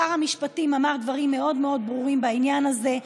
שר המשפטים אמר דברים מאוד מאוד ברורים בעניין הזה,